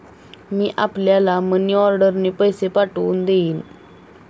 मी आपल्याला मनीऑर्डरने पैसे पाठवून देईन